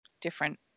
different